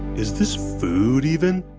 is this food, even?